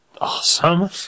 Awesome